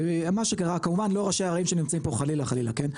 מה שקרה כמובן לא ראשי הערים שנמצאים פה חלילה חלילה כן,